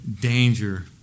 danger